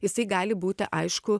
jisai gali būti aišku